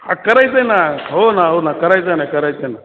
हां करायचं आहे ना हो ना हो ना करायचं आहे ना करायचं आहे ना